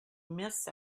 miss